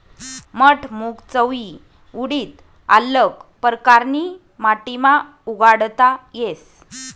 मठ, मूंग, चवयी, उडीद आल्लग परकारनी माटीमा उगाडता येस